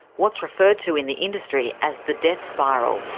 what's referred to in the industry as the death spiral.